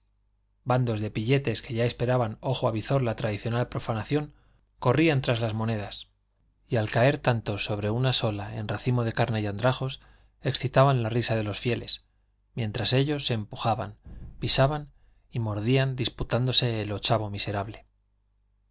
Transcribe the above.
bandos de pilletes que ya esperaban ojo avizor la tradicional profanación corrían tras las monedas y al caer tantos sobre una sola en racimo de carne y andrajos excitaban la risa de los fieles mientras ellos se empujaban pisaban y mordían disputándose el ochavo miserable